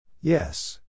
Yes